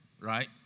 right